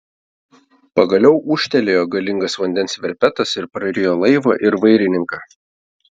pagaliau ūžtelėjo galingas vandens verpetas ir prarijo laivą ir vairininką